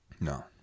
No